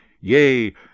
Yea